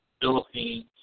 Philippines